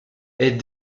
est